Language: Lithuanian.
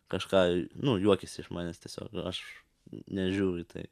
kažką nu juokiasi iš manęs tiesiog aš nežiūriu į tai